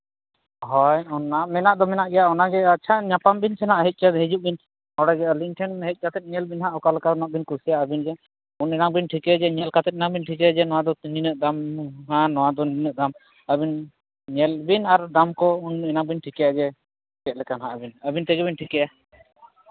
ᱦᱳᱭ ᱚᱱᱟ ᱢᱮᱱᱟᱜ ᱫᱚ ᱢᱮᱱᱟᱜ ᱜᱮᱭᱟ ᱚᱱᱟᱜᱮ ᱟᱪᱪᱷᱟ ᱧᱟᱯᱟᱢ ᱵᱤᱱ ᱥᱮ ᱦᱟᱸᱜ ᱦᱮᱡ ᱠᱷᱟᱱ ᱦᱤᱡᱩᱜ ᱵᱤᱱ ᱱᱚᱰᱮᱜᱮ ᱟᱹᱞᱤᱧ ᱴᱷᱮᱱ ᱦᱮᱡ ᱠᱟᱛᱮ ᱧᱮᱞ ᱵᱤᱱ ᱦᱟᱸᱜ ᱚᱠᱟ ᱞᱮᱠᱟ ᱱᱟᱜ ᱵᱤᱱ ᱠᱩᱥᱤᱭᱟᱜᱼᱟ ᱟᱹᱵᱤᱱ ᱜᱮ ᱩᱱ ᱜᱮ ᱦᱟᱸᱜ ᱵᱤᱱ ᱴᱷᱤᱠᱟᱹᱭᱟ ᱡᱮ ᱧᱮᱞ ᱠᱟᱛᱮ ᱦᱟᱸᱜ ᱵᱤᱱ ᱴᱷᱤᱠᱟᱹᱭᱟ ᱡᱮ ᱱᱚᱣᱟ ᱫᱚ ᱱᱤᱱᱟᱹᱜ ᱫᱟᱢ ᱱᱚᱣᱟ ᱫᱚ ᱱᱤᱱᱟᱹᱜ ᱫᱟᱢ ᱟᱹᱵᱤᱱ ᱧᱮᱞ ᱵᱤᱱ ᱟᱨ ᱫᱟᱢ ᱠᱚ ᱩᱱ ᱮᱱᱟ ᱵᱤᱱ ᱴᱷᱤᱠᱟᱹᱭᱟ ᱡᱮ ᱪᱮᱫ ᱞᱮᱠᱟ ᱦᱟᱸᱜ ᱟᱹᱵᱤᱱ ᱟᱹᱵᱤᱱ ᱛᱮᱜᱮ ᱵᱤᱱ ᱴᱷᱤᱠᱟᱹᱭᱟ